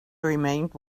remained